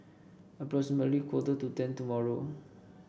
approximately quarter to ten tomorrow